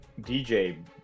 DJ